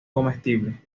comestibles